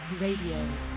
Radio